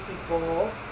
people